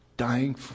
Dying